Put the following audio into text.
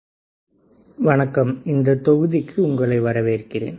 introduction to noise and its types வணக்கம் இந்த தொகுதிக்கு உங்களை வரவேற்கிறேன்